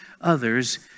others